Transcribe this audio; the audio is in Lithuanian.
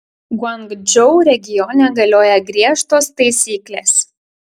guangdžou regione galioja griežtos taisyklės